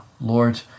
Lord